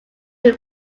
who